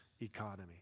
economy